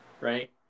right